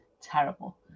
terrible